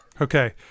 Okay